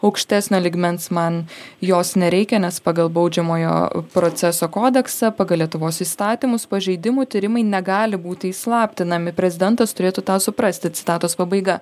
aukštesnio lygmens man jos nereikia nes pagal baudžiamojo proceso kodeksą pagal lietuvos įstatymus pažeidimų tyrimai negali būti įslaptinami prezidentas turėtų tą suprasti citatos pabaiga